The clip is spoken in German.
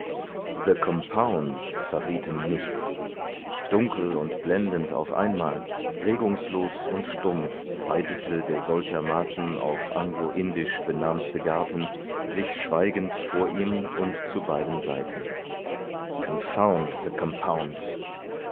compounds verrieten nichts dunkel und blendend auf einmal regungslos und stumm breitete der solchermaßen auf anglo indisch benamste garten sich schweigend vor ihm und zu beiden seiten confound the compounds